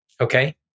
Okay